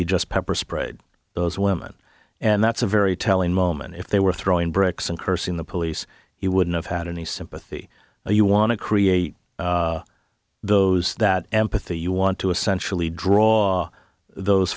you just pepper sprayed those women and that's a very telling moment if they were throwing bricks and cursing the police he wouldn't have had any sympathy or you want to create those that empathy you want to essentially draw those